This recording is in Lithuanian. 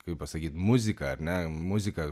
kaip pasakyt muzika ar ne muzika